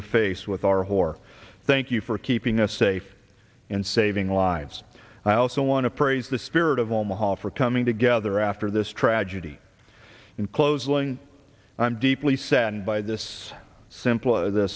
to face with our whore thank you for keeping us safe and saving lives i also want to praise the spirit of omaha for coming together after this tragedy in closing i'm deeply saddened by this simple th